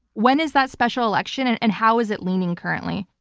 when is that special election and and how is it leaning, currently?